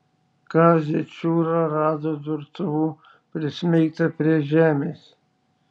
kazį čiūrą rado durtuvu prismeigtą prie žemės